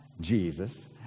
Jesus